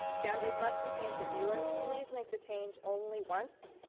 boundaries must be changed at viewlands please make the change only once.